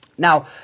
Now